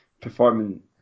performing